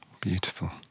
Beautiful